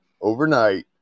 overnight